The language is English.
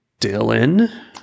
Dylan